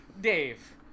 dave